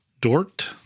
Dort